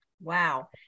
Wow